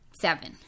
Seven